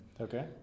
Okay